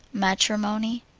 matrimony.